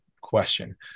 question